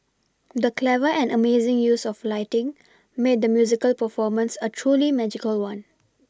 the clever and amazing use of lighting made the musical performance a truly magical one